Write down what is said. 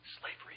Slavery